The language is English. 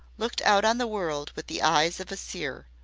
looked out on the world with the eyes of a seer,